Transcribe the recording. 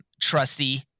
Trusty